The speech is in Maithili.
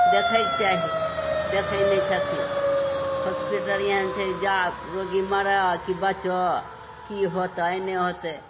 देखैके चाही देखै नहि छथिन हॉसपिटल एहन छै जा रोगी मरै आओर कि बचऽ कि होतै नहि होतै